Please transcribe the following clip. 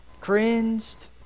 cringed